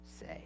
say